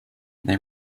they